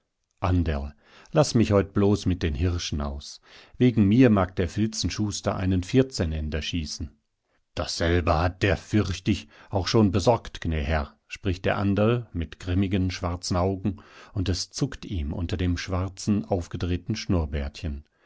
anderl laß mich heut bloß mit den hirschen aus wegen mir mag der filzenschuster einen vierzehn ender schießen dasselbige hat er fürcht ich auch schon besorgt gnä herr spricht der anderl mit grimmigen schwarzen augen und es zuckt ihm unter dem schwarzen aufgedrehten schnurrbärtchen